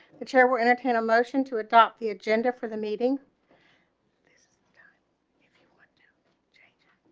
the chair will entertain a motion to adopt the agenda for the meeting this is okay